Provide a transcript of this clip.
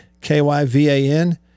K-Y-V-A-N